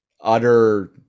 utter